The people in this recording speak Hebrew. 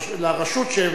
לרשות,